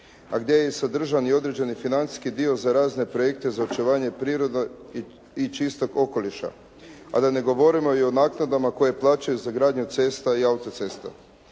a gdje je sadržaj i određeni financijski dio za razne projekte za očuvanje prirode i čistog okoliša a da ne govorimo i o naknadama koje plaćaju za gradnju cesta i autocesta.